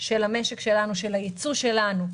של המשק שלנו, של הייצוא שלנו.